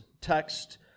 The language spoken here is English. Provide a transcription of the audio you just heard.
text